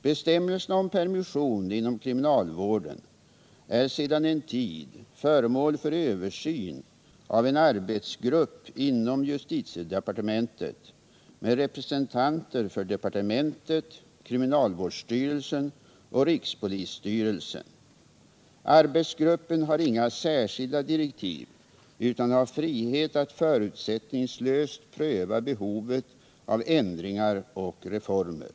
Bestämmelserna om permission inom kriminalvården är sedan en tid föremål för översyn av en arbetsgrupp inom justitiedepartementet med styrelsen, Arbetsgruppen har inga särskilda direktiv utan har frihet att Fredagen den förutsättningslöst pröva behovet av ändringar och reformer.